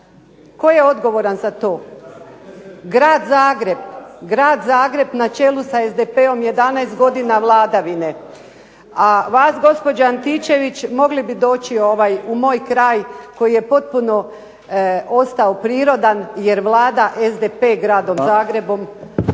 Tko je odgovoran za to? Grad Zagreb. Grad Zagreb na čelu sa SDP-om, 11 godina vladavine. A vas, gospođo Antičević mogli bi doći u moj kraj koji je potpuno ostao prirodan jer vlada SDP gradom Zagrebom,